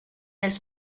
els